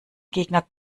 gegner